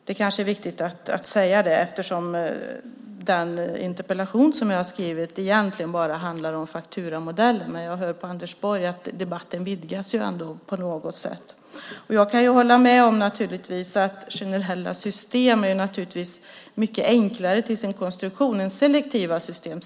Det kanske är viktigt att säga det eftersom den interpellation jag har skrivit egentligen bara handlar om fakturamodellen, men jag hör på Anders Borg att debatten ändå vidgas på något sätt. Jag kan hålla med om att generella system naturligtvis är mycket enklare till sin konstruktion än selektiva system.